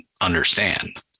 understand